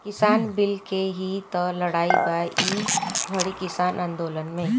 किसान बिल के ही तअ लड़ाई बा ई घरी किसान आन्दोलन में